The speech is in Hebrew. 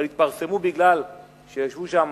אבל הם התפרסמו בגלל שישבה שם